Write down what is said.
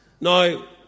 Now